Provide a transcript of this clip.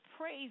praise